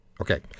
okay